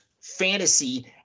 fantasy